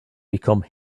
become